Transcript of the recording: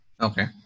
Okay